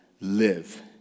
live